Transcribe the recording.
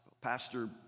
pastor